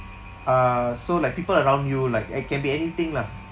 uh so like people around you like it can be anything lah